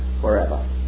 forever